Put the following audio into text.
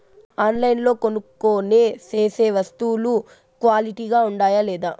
ఆన్లైన్లో కొనుక్కొనే సేసే వస్తువులు క్వాలిటీ గా ఉండాయా లేదా?